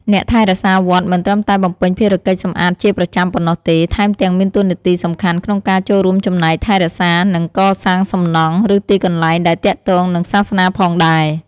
អ្នកថែរក្សាវត្ត មិនត្រឹមតែបំពេញភារកិច្ចសម្អាតជាប្រចាំប៉ុណ្ណោះទេ ថែមទាំងមានតួនាទីសំខាន់ក្នុងការចូលរួមចំណែក ថែរក្សា និង កសាងសំណង់ ឬទីកន្លែងដែលទាក់ទងនឹងសាសនាផងដែរ។